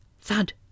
Thud